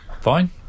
Fine